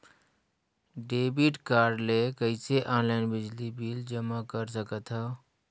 Debit card ले कइसे online बिजली बिल जमा कर सकथव?